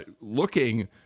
looking